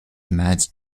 mad